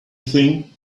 thing